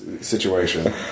situation